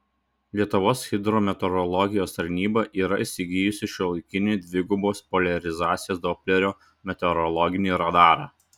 lietuvos hidrometeorologijos tarnyba yra įsigijusi šiuolaikinį dvigubos poliarizacijos doplerio meteorologinį radarą